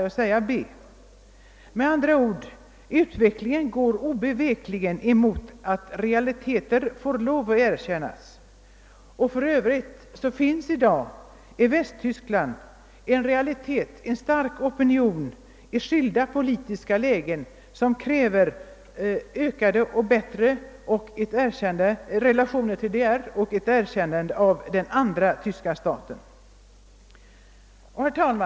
Utvecklingen går, med andra ord, obevekligt mot att realiteter får lov att erkännas. I Västtyskland finns det för övrigt i dag en stark opinion i skilda politiska läger som kräver bättre relationer till DDR och ett erkännande av den andra tyska staten.